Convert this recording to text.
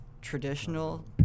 traditional